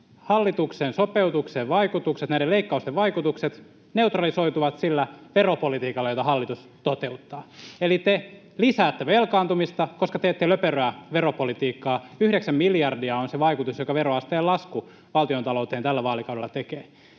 hallituksen sopeutuksen vaikutukset, näiden leikkausten vaikutukset, neutralisoituvat sillä veropolitiikalla, jota hallitus toteuttaa. Eli te lisäätte velkaantumista, koska teette löperöä veropolitiikkaa. Yhdeksän miljardia on se vaikutus, jonka veroasteen lasku valtiontalouteen tällä vaalikaudella tekee.